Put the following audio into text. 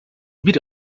bir